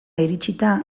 iritsita